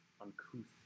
uncouth